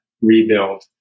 rebuild